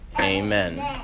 Amen